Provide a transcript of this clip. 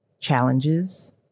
challenges